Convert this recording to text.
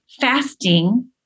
fasting